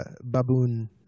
baboon